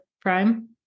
prime